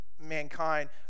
mankind